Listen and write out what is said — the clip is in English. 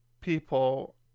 people